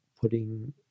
putting